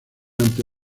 ante